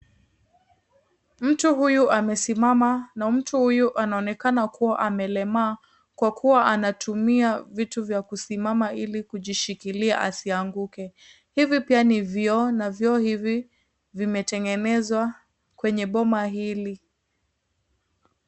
Mtu huyu amesimama na mtu huyu anaonekana kuwa amelemaa kwa kuwa anatumia vitu vya kusimama ili kujishikilia asianguke. Hivi pia ni vyoo na vyoo hivi vimetengenezwa kwenye boma hili.